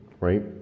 Right